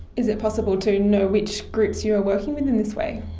is it possible to know which groups you are working with in this way?